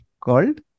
called